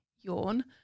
yawn